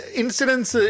incidents